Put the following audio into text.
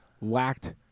lacked